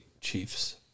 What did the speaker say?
Chiefs